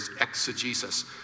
exegesis